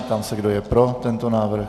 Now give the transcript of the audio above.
Ptám se, kdo je pro tento návrh.